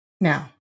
Now